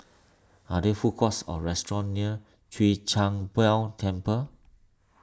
are there food courts or restaurants near Chwee Kang Beo Temple